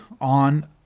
on